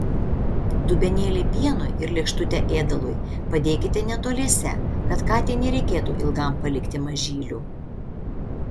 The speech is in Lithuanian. dubenėlį pienui ir lėkštutę ėdalui padėkite netoliese kad katei nereikėtų ilgam palikti mažylių